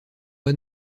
pas